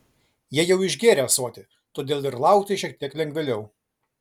jie jau išgėrę ąsotį todėl ir laukti šiek tiek lengvėliau